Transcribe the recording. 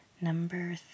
number